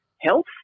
health